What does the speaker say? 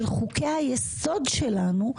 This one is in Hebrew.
של חוקי היסוד שלנו,